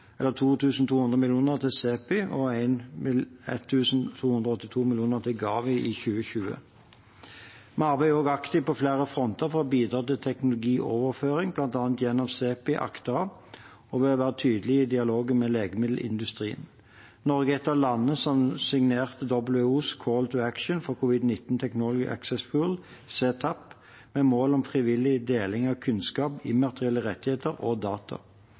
til CEPI og 1 282 mill. kr til Gavi i 2020. Vi arbeider også aktivt på flere fronter for å bidra til teknologioverføring, bl.a. gjennom CEPI og ACT-A og ved å være tydelig i dialogen med legemiddelindustrien. Norge var et av landene som signerte WHOs Call to Action for COVID-19 Technology Access Pool, C-TAP, med mål om frivillig deling av kunnskap, immaterielle rettigheter og data.